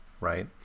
right